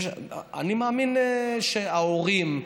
אני מאמין שההורים,